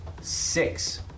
six